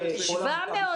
או כל עסק --- 700 שקלים?